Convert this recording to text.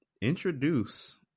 introduce